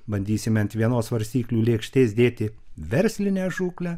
bandysime ant vienos svarstyklių lėkštės dėti verslinę žūklę